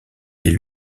est